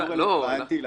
הוא לא רלוונטי לחוק הזה.